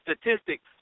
statistics